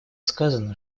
сказано